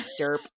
Derp